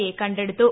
A കണ്ടെടുത്തു